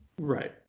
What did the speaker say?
Right